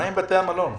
מה עם בתי המלון שסגורים?